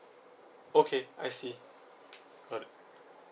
okay I see got it